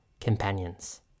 companions